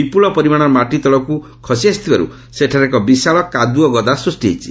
ବିପୁଳ ପରିମାଣର ମାଟି ତଳକୁ ଖସିଆସିଥିବାରୁ ସେଠାରେ ଏକ ବିଶାଳ କାଦୁଅ ଗଦା ସୃଷ୍ଟି ହୋଇଛି